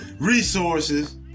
resources